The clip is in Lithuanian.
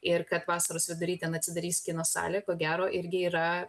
ir kad vasaros vidury ten atsidarys kino salė ko gero irgi yra